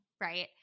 right